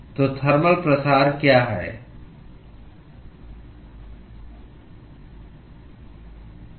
तो थर्मल प्रसार क्या है